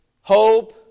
hope